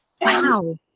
Wow